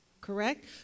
Correct